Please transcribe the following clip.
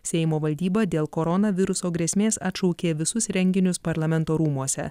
seimo valdyba dėl koronaviruso grėsmės atšaukė visus renginius parlamento rūmuose